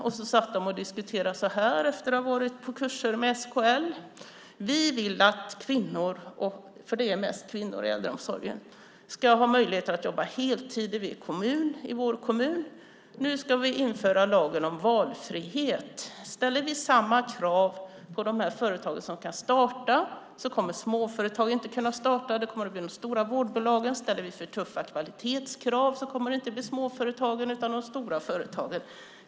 Efter att ha varit på kurs med SKL diskuterade de enligt följande: Vi vill att kvinnor - det är mest kvinnor i äldreomsorgen - ska ha möjlighet att jobba heltid i vår kommun. Nu ska vi införa lagen om valfrihet. Om vi ställer samma krav på de företag som ska starta kommer småföretag inte att kunna utföra arbetet, utan det kommer att göras av de stora vårdbolagen. Om vi ställer alltför tuffa kvalitetskrav kommer småföretagen inte att kunna klara dem, utan de stora företagen tar över.